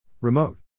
Remote